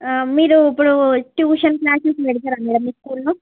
మీరూ ఇప్పుడు ట్యూషన్స్ లాంటివి పెడతారా మేడం మీ స్కూల్లో